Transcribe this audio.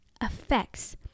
affects